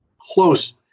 close